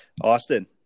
Austin